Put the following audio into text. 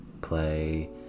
play